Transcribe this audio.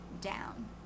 down